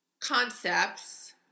concepts